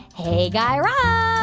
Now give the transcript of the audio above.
hey, guy raz